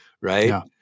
Right